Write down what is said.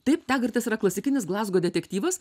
taip tagartas yra klasikinis glazgo detektyvas